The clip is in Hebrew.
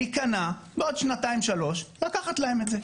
להיכנע, בעוד שנתיים-שלוש לקחת להם את זה.